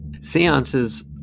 Seances